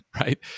Right